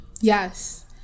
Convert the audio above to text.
Yes